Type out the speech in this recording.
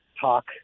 talk